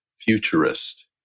futurist